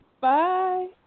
Bye